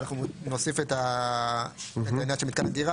ואנחנו נוסיף את העניין של מתקן הגירה